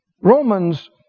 Romans